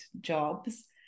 jobs